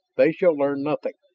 they shall learn nothing!